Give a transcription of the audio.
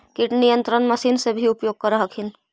किट नियन्त्रण मशिन से भी उपयोग कर हखिन?